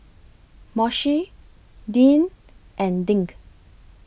Moshe Deann and Dink